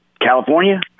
California